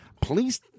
Police